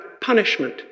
punishment